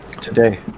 today